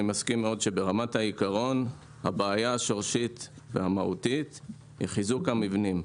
אני מסכים מאוד שברמת העיקרון הבעיה השורשית והמהותית היא חיזוק המבנים.